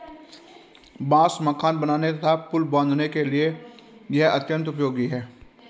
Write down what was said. बांस मकान बनाने तथा पुल बाँधने के लिए यह अत्यंत उपयोगी है